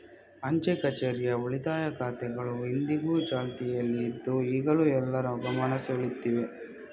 ಅಂಚೆ ಕಛೇರಿಯ ಉಳಿತಾಯ ಖಾತೆಗಳು ಇಂದಿಗೂ ಚಾಲ್ತಿಯಲ್ಲಿ ಇದ್ದು ಈಗಲೂ ಎಲ್ಲರ ಗಮನ ಸೆಳೀತಿದೆ